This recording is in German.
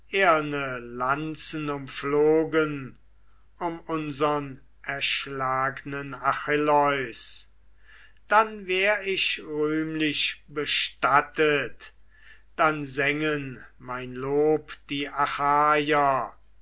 lanzen umflogen um unsern erschlagnen achilleus dann wär ich rühmlich bestattet dann sängen mein lob die